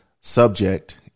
subject